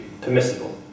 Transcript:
permissible